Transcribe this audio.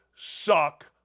suck